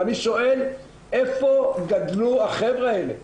אני שואל, איפה גדלו החבר'ה האלה?